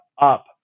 up